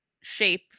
shape